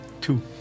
Two